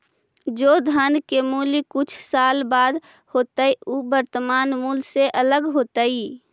जे धन के मूल्य कुछ साल बाद होतइ उ वर्तमान मूल्य से अलग होतइ